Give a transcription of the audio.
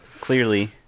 clearly